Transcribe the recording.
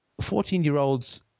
Fourteen-year-olds